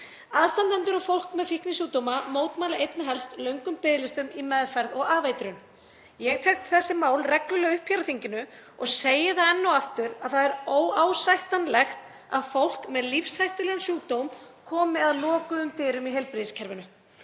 Aðstandendur og fólk með fíknisjúkdóma mótmæla einna helst löngum biðlistum í meðferð og afeitrun. Ég tek þessi mál reglulega upp hér á þinginu og segi það enn og aftur að það er óásættanlegt að fólk með lífshættulegan sjúkdóm komi að lokuðum dyrum í heilbrigðiskerfinu.